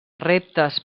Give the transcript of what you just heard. reptes